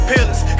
Pillars